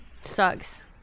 Sucks